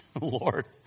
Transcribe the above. Lord